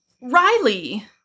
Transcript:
Riley